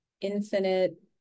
infinite